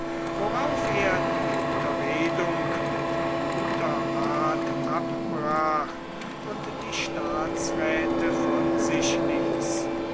worauf er die unterredung mit guter art abbrach und die staatsräthe von sich ließ